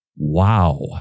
Wow